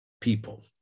people